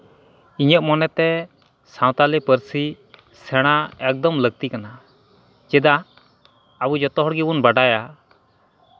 ᱤᱧᱟᱹᱜ ᱢᱚᱱᱮᱛᱮ ᱥᱟᱶᱛᱟᱞᱤ ᱯᱟᱹᱨᱥᱤ ᱥᱮᱲᱟ ᱮᱠᱫᱚᱢ ᱞᱟᱹᱠᱛᱤ ᱠᱟᱱᱟ ᱪᱮᱫᱟᱜ ᱟᱵᱚ ᱡᱚᱛᱚ ᱦᱚᱲ ᱜᱮᱵᱚᱱ ᱵᱟᱲᱟᱭᱟ